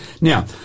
Now